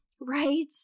Right